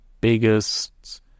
biggest